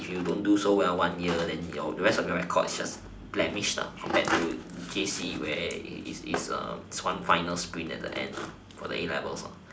if you don't do so well one year then the rest of your record is just damaged lah compared to J_C where it is it's like one final sprint at the end for the A-levels lah